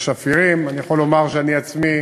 בשפירים, אני יכול לומר שאני עצמי,